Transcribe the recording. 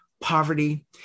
poverty